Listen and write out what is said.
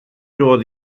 doedd